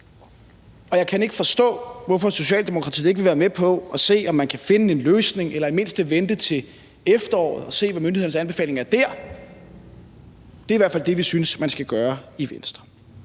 Jeg kan ikke forstå, hvorfor Socialdemokratiet ikke vil være med på at se, om man kan finde en løsning eller i det mindste vente til efteråret og se, hvad myndighedernes anbefaling er der. Det er i hvert fald det, vi i Venstre synes man skal gøre. Det